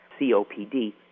COPD